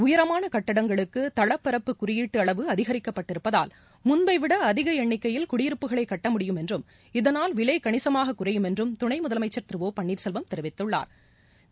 உயரமான கட்டிடங்களுக்கு தளப்பரப்பு குறியீட்டு அளவு அதிகிக்கப்பட்டிருப்பதால் முன்பைவிட அதிக எண்ணிக்கையில் குடியிருப்புகளை கட்ட முடியும் என்றும் இதனால் விலை கணிசமாக குறையும் என்றும் துணை முதலமைச்சா் திரு ஒ பன்னீா்செல்வம் தெரிவித்தள்ளாா்